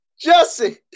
Jesse